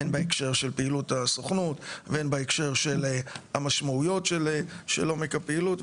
הן בהקשר של פעילות הסוכנות והן בהקשר של המשמעויות של עומק הפעילות.